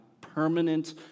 permanent